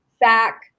back